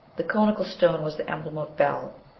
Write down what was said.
the conical stone was the emblem of bel.